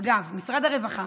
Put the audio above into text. אגב, משרד הרווחה,